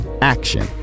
ACTION